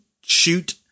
shoot